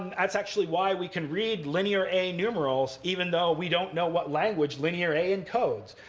and that's actually why we can read linear a numerals, even though we don't know what language linear a encodes.